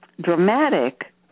dramatic